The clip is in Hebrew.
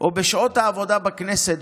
או בשעות העבודה בכנסת,